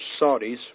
Saudis